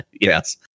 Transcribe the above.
Yes